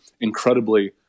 incredibly